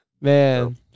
Man